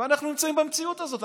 אנחנו נמצאים במציאות הזאת.